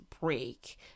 break